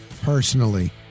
personally